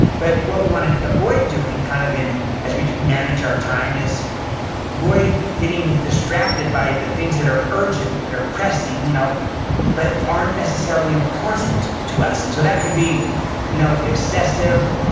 but what we wanna avoid doing kind of as we manage our time is avoid getting distracted by the things that are urgent, that are pressing, you know but aren't necessarily important to us. and so, that could be you know excessive,